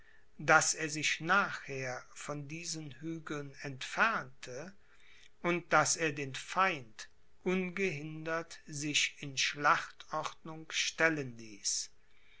daß er sich nachher von diesen hügeln entfernte und daß er den feind ungehindert sich in schlachtordnung stellen ließ